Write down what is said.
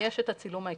יש את הצילום ההיקפי,